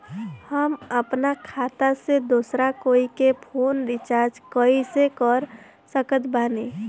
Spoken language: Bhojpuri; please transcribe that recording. हम अपना खाता से दोसरा कोई के फोन रीचार्ज कइसे कर सकत बानी?